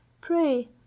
Pray